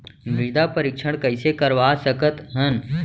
मृदा परीक्षण कइसे करवा सकत हन?